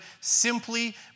simply